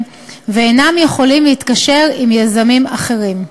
ואינם יכולים להתקשר עם יזמים אחרים.